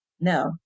No